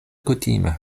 kutime